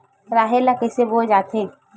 राहेर ल कइसे बोय जाथे?